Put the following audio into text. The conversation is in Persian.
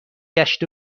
گشت